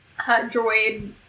droid